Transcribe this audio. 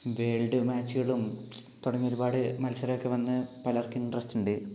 world മാച്ചുകളും തുടങ്ങി ഒരുപാട് മത്സരൊക്കെ വന്ന് പലർക്കും ഇൻട്രസ്റ്റ് ഉണ്ട്